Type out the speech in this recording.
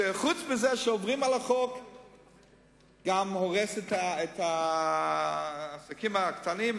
שחוץ מזה שעוברים על החוק זה גם הורס את העסקים הקטנים,